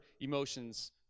emotions